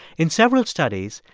in several studies,